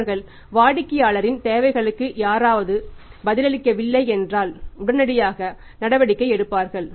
அவர்கள் வாடிக்கையாளரின் தேவைகளுக்கு யாராவது பதிலளிக்கவில்லை என்றால் உடனடியாக நடவடிக்கை எடுப்பார்கள்